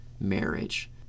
marriage